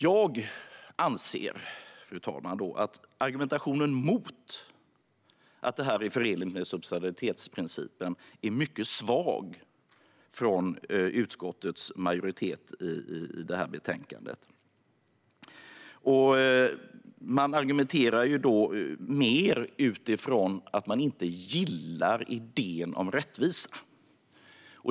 Jag anser, fru talman, att argumentationen mot att det här är förenligt med subsidiaritetsprincipen är mycket svag från utskottets majoritet i betänkandet. Man argumenterar mer utifrån att man inte gillar idén om rättvisa.